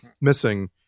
missing